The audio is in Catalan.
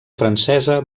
francesa